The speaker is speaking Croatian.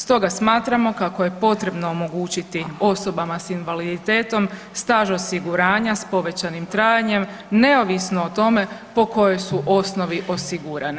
Stoga smatramo kako je potrebno omogućiti osobama s invaliditetom staž osiguranja s povećanim trajanjem neovisno o tome po kojoj su osnovi osigurane.